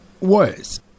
words